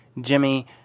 Jimmy